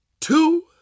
two